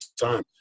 time